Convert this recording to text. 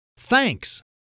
Thanks